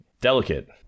Delicate